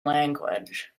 language